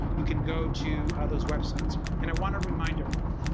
you can go to those websites. and i want to remind everyone,